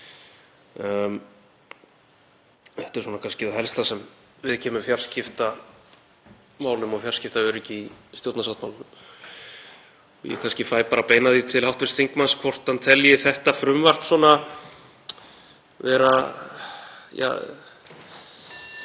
Þetta er svona kannski það helsta sem viðkemur fjarskiptamálum og fjarskiptaöryggi í stjórnarsáttmálanum. Ég fæ kannski að beina því til hv. þingmanns hvort hann telji þetta frumvarp (Forseti